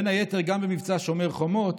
בין היתר, גם במבצע שומר חומות,